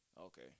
Okay